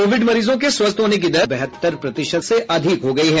Covid मरीजों के स्वस्थ होने की दर सत्तर प्रतिशत से अधिक हो गई है